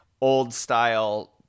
old-style